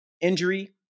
injury